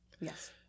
Yes